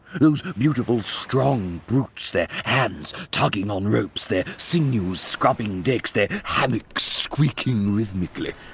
those beautiful strong brutes, their hands tugging on ropes, their sinews scrubbing decks, their hammocks squeaking rhythmically.